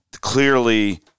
Clearly